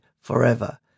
forever